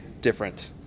different